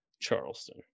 Charleston